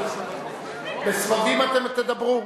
בסבבים אתם תדברו?